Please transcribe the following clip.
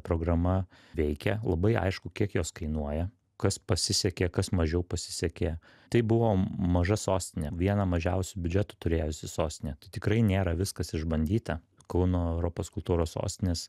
programa veikia labai aišku kiek jos kainuoja kas pasisekė kas mažiau pasisekė tai buvo maža sostinė vieną mažiausių biudžetų turėjusi sostinė tai tikrai nėra viskas išbandyta kauno europos kultūros sostinės